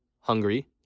hungry